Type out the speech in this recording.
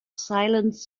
silence